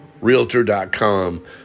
realtor.com